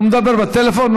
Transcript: מדבר בטלפון,